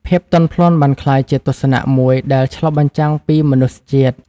ភាពទន់ភ្លន់បានក្លាយជាទស្សនៈមួយដែលឆ្លុះបញ្ចាំងពីមនុស្សជាតិ។